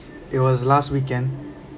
it was last weekend